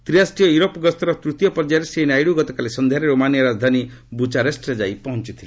ତ୍ରିରାଷ୍ଟ୍ରୀୟ ୟୁରୋପ ଗସ୍ତର ତୂତୀୟ ପର୍ଯ୍ୟାୟରେ ଶ୍ରୀ ନାଇଡ଼ୁ ଗତକାଲି ସନ୍ଧ୍ୟାରେ ରୋମାନିଆର ରାଜଧାନ ବ୍ରଚାରେଷ୍ଟରେ ଯାଇ ପହଞ୍ଚଥିଲେ